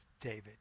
David